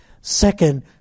Second